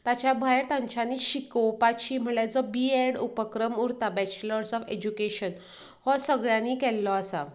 ताच्या भायर तांच्यानाी शिकोवपाची म्हणल्यार जो बीएड उपक्रम उरता बॅचलर्स ऑफ एज्युकेशन हो सगळ्यांनी केल्लो आसा